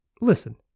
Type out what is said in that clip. listen